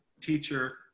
teacher